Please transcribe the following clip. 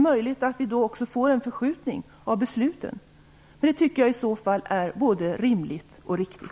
Men det tycker jag i så fall är både rimligt och riktigt.